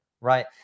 right